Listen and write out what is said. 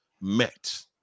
met